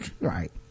Right